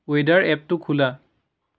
weather এপটো খোলা